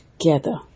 together